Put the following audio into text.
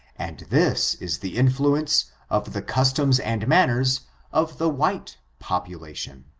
and this is the influence of the customs and manners of the white population.